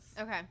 Okay